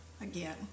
again